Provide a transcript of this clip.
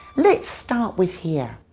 let's start with hear.